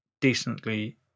decently